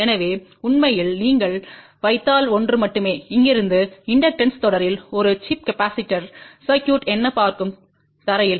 எனவே உண்மையில் நீங்கள் வைத்தால் ஒன்று மட்டுமே இங்கிருந்து இண்டக்டன்ஸ் தொடரில் ஒரு சிப் கெபாசிடர்யை சர்க்யூட் என்ன பார்க்கும் தரையில்